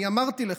אני אמרתי לך: